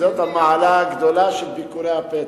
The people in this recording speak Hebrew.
זאת המעלה הגדולה של ביקורי הפתע.